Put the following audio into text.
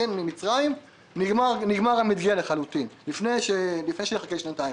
ממצריים אז ייגמר המדגה לחלוטין עוד לפני שיחכה שנתיים.